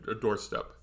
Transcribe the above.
doorstep